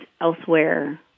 elsewhere